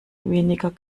weniger